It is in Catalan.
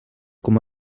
com